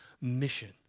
mission